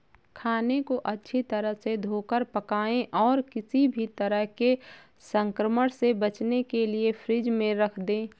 खाने को अच्छी तरह से धोकर पकाएं और किसी भी तरह के संक्रमण से बचने के लिए फ्रिज में रख दें